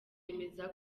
bemeza